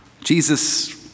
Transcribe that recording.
Jesus